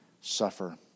suffer